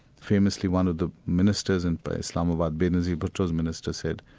famously one of the ministers in but islamabad, benazir bhutto's minister said,